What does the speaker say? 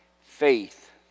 Faith